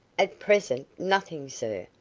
at present, nothing, sir.